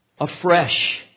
afresh